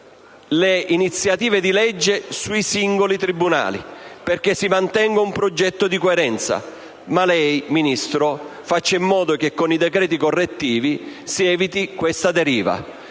iniziative di legge sui singoli tribunali perché si mantenga un progetto di coerenza, ma lei faccia in modo che con i decreti correttivi si eviti questa deriva